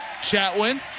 Chatwin